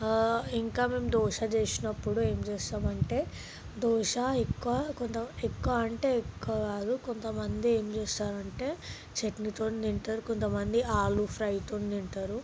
ఇంకా మేము దోశ చేసినప్పుడు ఏం చేస్తాము అంటే దోశ ఎక్కువ కొంత మంది ఎక్కువ అంటే ఎక్కువ కాదు కొంత మంది ఏం చేస్తారు అంటే చట్నీతోని తింటారు కొంత మంది ఆలూ ఫ్రైతో తింటారు